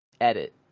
edit